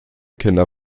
kinder